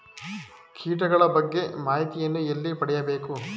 ಕೀಟಗಳ ಬಗ್ಗೆ ಮಾಹಿತಿಯನ್ನು ಎಲ್ಲಿ ಪಡೆಯಬೇಕು?